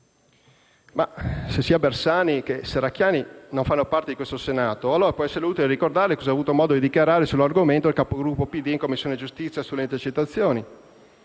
Se sia Bersani che Serracchiani non fanno parte di questo Senato, allora può essere utile ricordare cos'ha avuto modo di dichiarare sull'argomento il Capogruppo PD in Commissione giustizia sulle intercettazioni: